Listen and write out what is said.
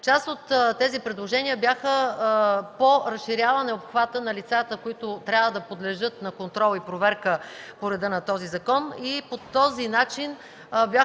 Част от тези предложения бяха по разширяване обхвата на лицата, които трябва да подлежат на контрол и проверка по реда на закона.